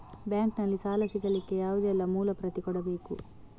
Bank ನಲ್ಲಿ ಸಾಲ ಸಿಗಲಿಕ್ಕೆ ಯಾವುದೆಲ್ಲ ಮೂಲ ಪ್ರತಿ ಕೊಡಬೇಕು?